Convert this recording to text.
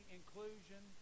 inclusion